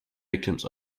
victims